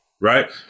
right